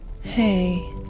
Hey